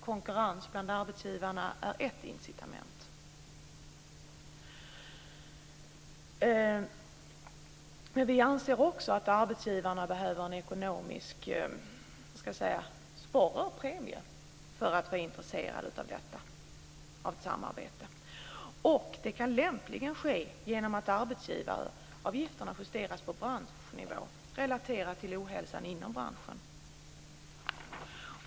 Konkurrens bland arbetsgivarna är ett incitament. Arbetsgivarna behöver också en ekonomisk sporre, en premie för att bli intresserade av detta samarbete. Det kan lämpligen ske genom att arbetsgivaravgifterna justeras på branschnivå, relaterat till ohälsan inom branschen.